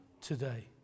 today